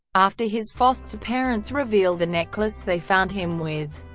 after his foster parents reveal the necklace they found him with,